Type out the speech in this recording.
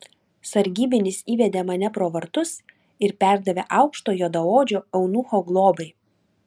sargybinis įvedė mane pro vartus ir perdavė aukšto juodaodžio eunucho globai